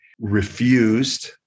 refused